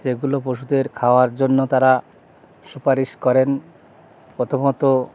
যেগুলো পশুদের খাওয়ার জন্য তারা সুপারিশ করেন প্রথমত